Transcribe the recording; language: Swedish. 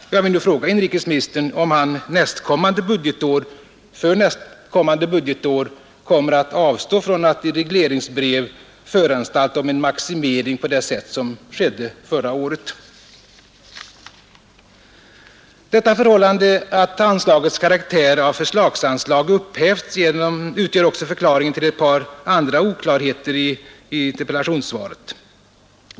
Jag vill nu fråga inrikesministern, om han under nästkommande budgetår kommer att avstå från att i regleringsbrev föranstalta om en maximering på det sätt som skedde förra året. Detta förhållande att anslagets karaktär av förslagsanslag upphävs utgör också förklaringen till ett par andra oklarheter i interpellationssvaret.